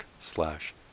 slash